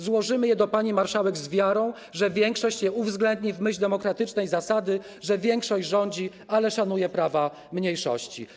Złożymy je do pani marszałek z wiarą, że większość je uwzględni w myśl demokratycznej zasady, że większość rządzi, ale szanuje prawa mniejszości.